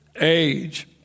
age